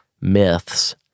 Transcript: myths